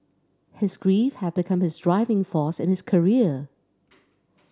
his grief had become his driving force in his career